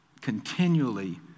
continually